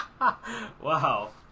Wow